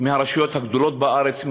רשויות מהרשויות הגדולות בארץ,